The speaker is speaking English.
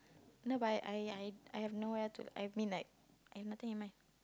no but I I I have nowhere to I mean like I've nothing in mind